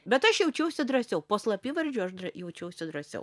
bet aš jaučiausi drąsiau po slapyvardžiu aš jaučiausi drąsiau